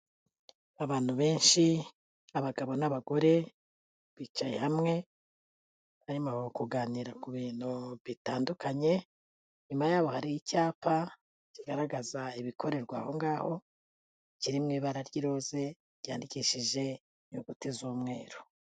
Abantu benshi, abagabo n'abagore bicaye hamwe, barimo kuganira ku bintu bitandukanye, inyuma yabo hari icyapa kigaragaza ibikorerwa aho ngaho, kiri mu ibara ry'iroze, ryandikishije inyuguti z'umweru.